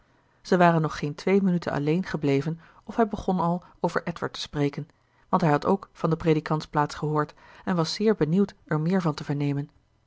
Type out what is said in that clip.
zij waren nog geen twee minuten alleen gebleven of hij begon al over edward te spreken want hij had ook van de predikantsplaats gehoord en was zeer benieuwd er meer van te vernemen